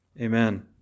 amen